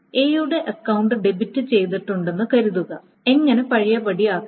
എയുടെ account debit ചെയ്തിട്ടുണ്ടെന്ന് കരുതുക എങ്ങനെ പഴയപടിയാക്കും